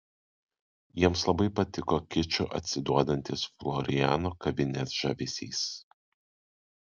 jiems labai patiko kiču atsiduodantis floriano kavinės žavesys